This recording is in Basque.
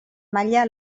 maila